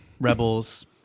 Rebels